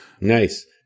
nice